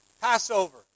Passover